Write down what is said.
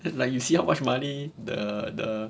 it's like you see how much money the the